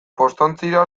postontzira